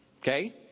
Okay